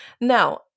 Now